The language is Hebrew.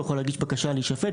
הוא יכול להגיש בקשה להישפט,